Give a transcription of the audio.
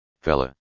fella